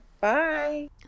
Bye